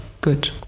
good